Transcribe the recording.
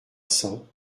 cents